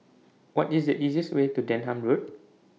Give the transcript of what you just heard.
What IS The easiest Way to Denham Road